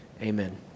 Amen